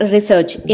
Research